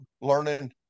learning